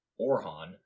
Orhan